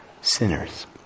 sinners